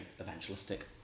evangelistic